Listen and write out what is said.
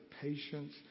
patience